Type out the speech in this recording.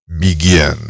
begin